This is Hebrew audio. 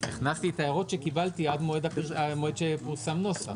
הכנסתי את ההערות שקיבלתי עד המועד שפורסם נוסח.